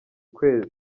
kwezi